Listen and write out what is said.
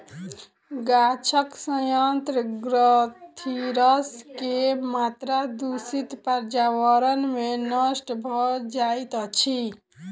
गाछक सयंत्र ग्रंथिरस के मात्रा दूषित पर्यावरण में नष्ट भ जाइत अछि